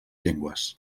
llengües